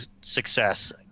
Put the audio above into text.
success